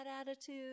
attitude